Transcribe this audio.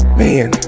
man